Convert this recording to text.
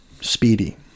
Speedy